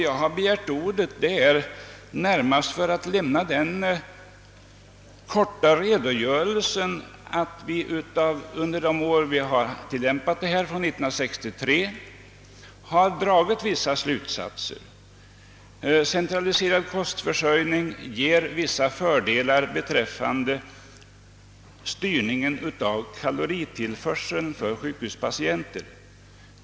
Jag har begärt ordet närmast för att i all korthet redovisa att vi under de år vi har tillämpat detta system — från år 1963 — har dragit vissa slutsatser. Centraliserad kostförsörjning ger fördelar beträffande styrningen av kaloritillförseln till sjukhuspatienter.